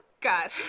God